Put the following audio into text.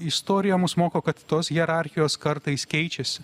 istorija mus moko kad tos hierarchijos kartais keičiasi